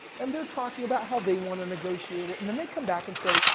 and they're talking about how they want to negotiate it and then they come back and say,